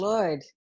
Lord